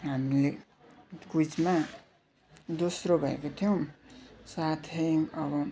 हामीले क्विजमा दोस्रो भएको थियौँ साथै अब